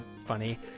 funny